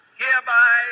hereby